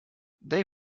they